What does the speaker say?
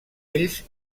ells